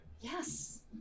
Yes